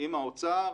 עם האוצר,